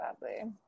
badly